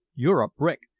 you're a brick,